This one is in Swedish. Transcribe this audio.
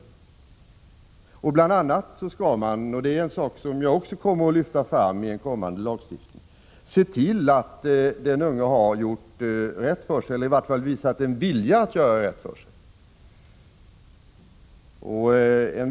De skall bl.a. — det är en sak som jag också kommer att lyfta fram i kommande lagstiftning — se till att den unge har gjort rätt för sig eller i varje fall visat en vilja att göra rätt för sig.